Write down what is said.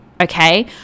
Okay